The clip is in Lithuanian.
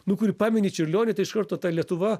nu kur pamini čiurlionį tai iš karto ta lietuva